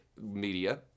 media